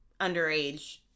underage